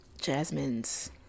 Jasmine's